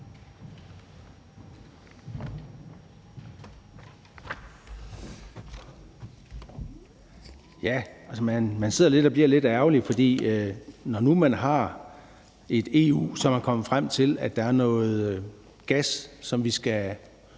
(EL): Man sidder og bliver lidt ærgerlig, for når nu man har et EU, som er kommet frem til, at der er noget gas, som vi skal